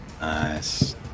Nice